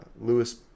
Lewis